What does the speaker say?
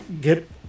get